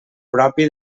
propi